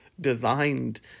designed